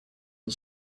and